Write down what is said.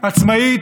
עצמאית,